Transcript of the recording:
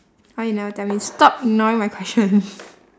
why you never tell me stop ignoring my question